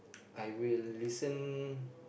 I will listen